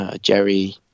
jerry